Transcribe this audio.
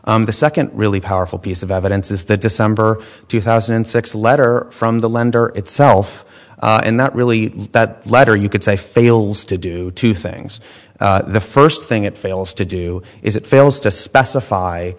got the second really powerful piece of evidence is the december two thousand and six letter from the lender itself and that really that letter you could say fails to do two things the first thing it fails to do is it fails to specify